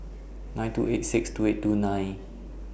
nine two eight six two eight two nine